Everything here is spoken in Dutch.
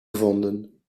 gevonden